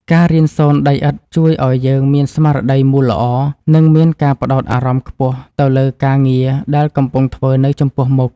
ការរៀនសូនដីឥដ្ឋជួយឱ្យយើងមានស្មារតីមូលល្អ និង មានការផ្ដោតអារម្មណ៍ខ្ពស់ទៅលើការងារដែលកំពុងធ្វើនៅចំពោះមុខ។